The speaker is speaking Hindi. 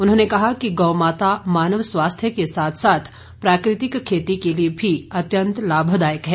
उन्होंने कहा कि गौ माता मानव स्वास्थ्य के साथ साथ प्राकृतिक खेती के लिए भी अत्यंत लाभदायक है